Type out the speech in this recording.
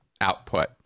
output